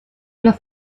los